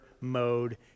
mode